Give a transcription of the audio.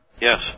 Yes